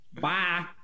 Bye